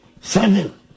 seven